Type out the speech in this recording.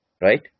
right